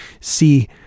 see